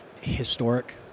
historic